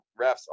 refs